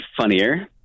funnier